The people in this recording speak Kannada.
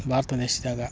ಭಾರತ ದೇಶ್ದಾಗೆ